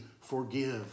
forgive